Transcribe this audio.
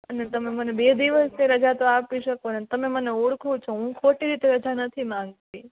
અને તમે મને બે દિવસે રજા તો આપી શકોને તમે મને ઓળખો છો હું ખોટી રીતે રજા નથી માંગતી